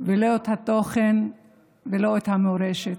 ולא את התוכן ולא את המורשת.